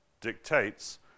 dictates